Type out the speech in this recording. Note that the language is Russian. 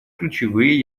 ключевые